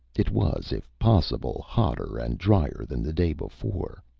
it was, if possible, hotter and drier than the day before.